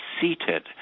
seated